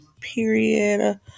Period